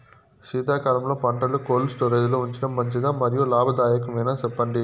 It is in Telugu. శీతాకాలంలో పంటలు కోల్డ్ స్టోరేజ్ లో ఉంచడం మంచిదా? మరియు లాభదాయకమేనా, సెప్పండి